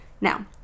Now